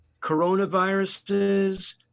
coronaviruses